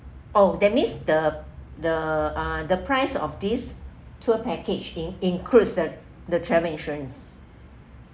oh that means the the uh the price of this tour package in includes the the travel insurance